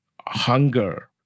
hunger